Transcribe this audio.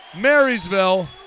Marysville